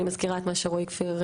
אני מזכיר את דברי רועי כפיר,